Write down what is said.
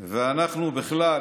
ואנחנו בכלל